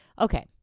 Okay